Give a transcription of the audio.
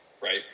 right